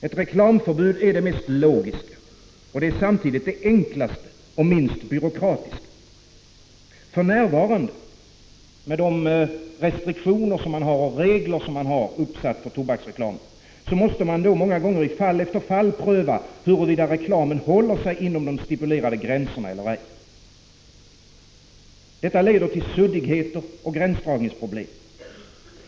Ett reklamförbud är det mest logiska och samtidigt det enklaste och minst byråkratiska. För närvarande måste man, med de regler som finns uppsatta för tobaksreklam, många gånger i fall efter fall pröva huruvida reklamen håller sig inom de stipulerade gränserna eller ej. Detta leder till suddigheter och gränsdragningsproblem.